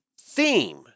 theme